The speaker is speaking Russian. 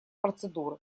процедуры